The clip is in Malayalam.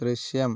ദൃശ്യം